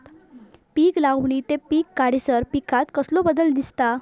पीक लावणी ते पीक काढीसर पिकांत कसलो बदल दिसता?